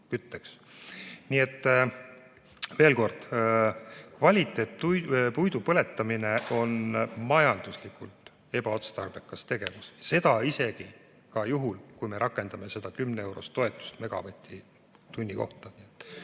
Nii et veel kord, kvaliteetpuidu põletamine on majanduslikult ebaotstarbekas tegevus. Seda isegi juhul, kui me rakendame seda kümneeurost toetust megavatt-tunni kohta.